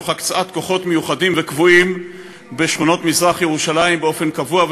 תוך הקצאת כוחות מיוחדים וקבועים בשכונות מזרח-ירושלים באופן קבוע,